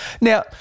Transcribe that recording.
now